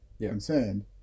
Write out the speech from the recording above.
concerned